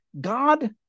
God